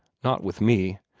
not with me.